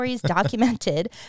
documented